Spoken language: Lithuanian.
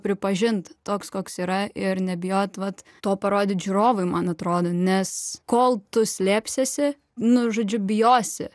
pripažini toks koks yra ir nebijot vat to parodyt žiūrovui man atrodo nes kol tu slėpsiesi nu žodžiu bijosi